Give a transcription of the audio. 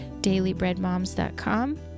dailybreadmoms.com